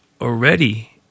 already